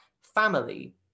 family